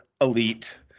elite